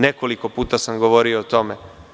Nekoliko puta sam govorio o tome.